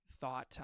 thought